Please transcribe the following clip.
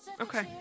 okay